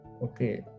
okay